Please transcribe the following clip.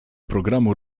programu